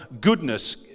goodness